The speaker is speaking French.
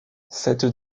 cette